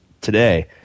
today